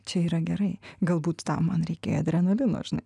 čia yra gerai galbūt tam man reikėjo adrenalino žinai